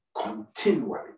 continually